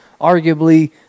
arguably